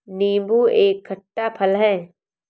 नीबू एक खट्टा फल है